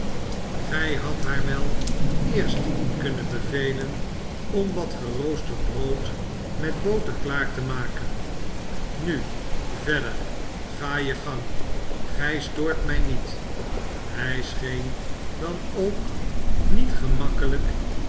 gij had haar wel eerst kunnen bevelen om wat geroosterd brood met boter klaar te maken nu verder ga je gang gij stoort mij niet hij seheen dan ook niet gemakkelijk